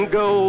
go